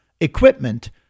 equipment